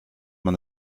man